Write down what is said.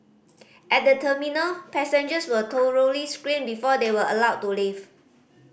at the terminal passengers were thoroughly screened before they were allowed to leave